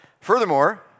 Furthermore